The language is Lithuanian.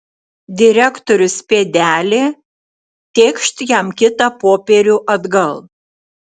direktorius pėdelė tėkšt jam kitą popierių atgal